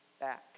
back